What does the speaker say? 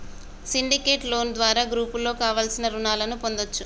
syndicate loan ద్వారా గ్రూపుగా కావలసిన రుణాలను పొందచ్చు